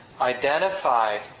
identified